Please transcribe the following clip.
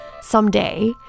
someday